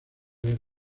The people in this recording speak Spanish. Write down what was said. ver